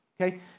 okay